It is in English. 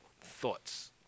thoughts